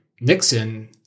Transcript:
Nixon